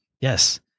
Yes